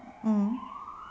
mmhmm